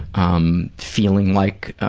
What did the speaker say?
um feeling like,